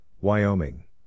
Wyoming